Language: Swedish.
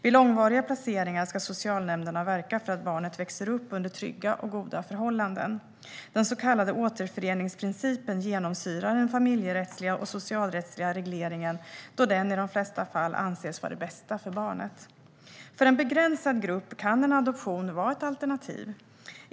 Vid långvariga placeringar ska socialnämnderna verka för att barnet växer upp under trygga och goda förhållanden. Den så kallade återföreningsprincipen genomsyrar den familjerättsliga och socialrättsliga regleringen då den i de flesta fall anses vara det bästa för barnet. För en begränsad grupp barn kan en adoption vara ett alternativ.